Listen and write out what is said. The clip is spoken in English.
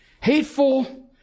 Hateful